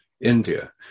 India